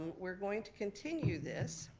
we're going to continue this,